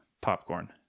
popcorn